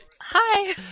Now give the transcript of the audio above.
Hi